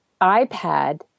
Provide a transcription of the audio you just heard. ipad